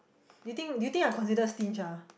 do you think do you think I consider stitch ah